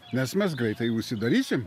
nes mes greitai užsidarysim